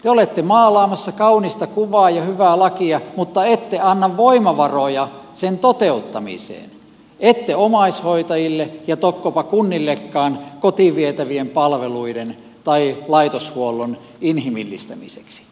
te olette maalaamassa kaunista kuvaa ja hyvää lakia mutta ette anna voimavaroja sen toteuttamiseen ette omaishoitajille ja tokkopa kunnillekaan kotiin vietävien palveluiden tai laitoshuollon inhimillistämiseksi